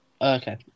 Okay